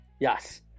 Yes